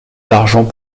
d’argent